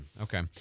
Okay